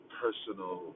personal